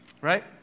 Right